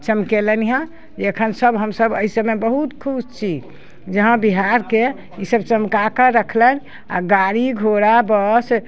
चमकयलनि हँ जे अखन सभ हमसभ अइ समय बहुत खुश छी जे हँ बिहारके ई सभ चमका कऽ रखलनि आ गाड़ी घोड़ा बस